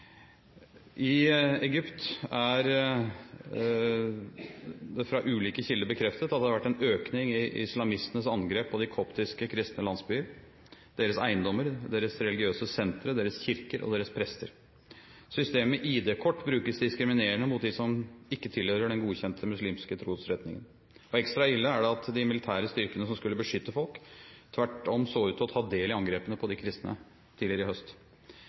I Egypt er det fra ulike kilder bekreftet at det har vært en økning i islamistenes angrep på koptiske kristne landsbyer, deres eiendommer, deres religiøse sentre, deres kirker og deres prester. Egypts id-kort-system brukes diskriminerende mot dem som ikke tilhører den godkjente muslimske trosretningen. Ekstra ille er det at de militære styrkene som skulle beskytte folk, tvert om så ut til å ta del i angrepene på de kristne tidligere i høst.